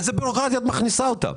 לאיזו בירוקרטיה את מכניסה אותם?